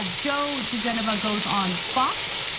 ah joe digenova goes on fox,